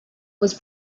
was